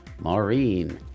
Maureen